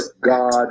God